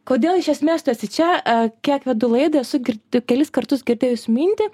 kodėl iš esmės tu esi čia kiek vedu laidą esu gir kelis kartus girdėjus mintį